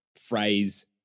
phrase